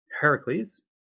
Heracles